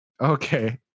Okay